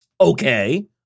Okay